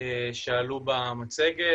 שעלו במצגת,